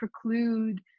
preclude